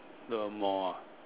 the Mall ah